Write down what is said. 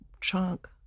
chunk